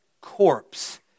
corpse